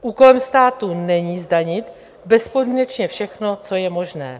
Úkolem státu není zdanit bezpodmínečně všechno, co je možné.